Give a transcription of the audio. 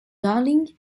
darling